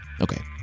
Okay